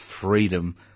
freedom